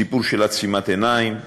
סיפור של עצימת עיניים,